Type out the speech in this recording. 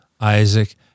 Isaac